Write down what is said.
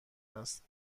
است